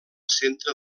centre